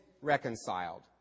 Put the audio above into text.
reconciled